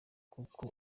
kuko